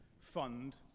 fund